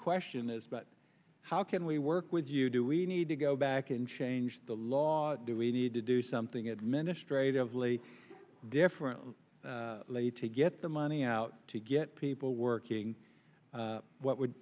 question is but how can we work with you do we need to go back and change the law do we need to do something administrate of lee different late to get the money out to get people working what would